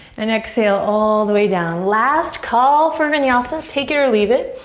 and exhale all the way down. last call for vinyasa. take it or leave it.